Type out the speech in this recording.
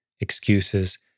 excuses